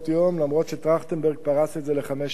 אף שטרכטנברג פרס את זה על חמש שנים.